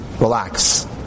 Relax